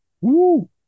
Woo